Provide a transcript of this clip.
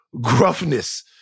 gruffness